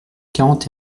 quarante